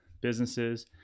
businesses